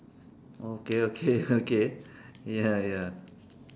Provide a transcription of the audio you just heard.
okay okay okay ya ya